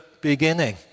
beginning